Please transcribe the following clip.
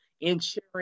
ensuring